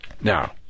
Now